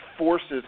forces